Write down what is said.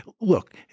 Look